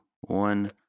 one